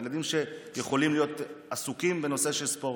ילדים שיכולים להיות עסוקים בנושא של ספורט.